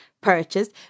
purchased